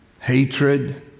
hatred